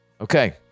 Okay